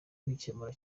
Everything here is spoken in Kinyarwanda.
kugikemura